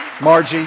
Margie